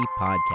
Podcast